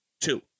Two